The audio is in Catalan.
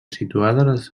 situades